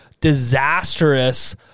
disastrous